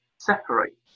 Separate